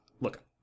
Look